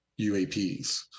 UAPs